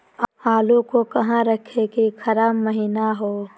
आलू को कहां रखे की खराब महिना हो?